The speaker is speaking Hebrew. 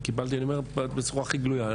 אני אומר בצורה הכי גלויה.